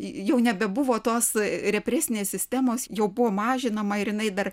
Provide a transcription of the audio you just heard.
jau nebebuvo tos represinės sistemos jau buvo mažinama ir jinai dar